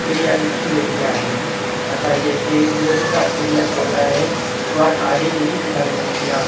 चिड़िया ॾिठी वेंदी आहे असांजे हिते गोरीला चिड़िया चवंदा आहियूं उहा ॾाढी ही ॾिसण में ईंदी आहे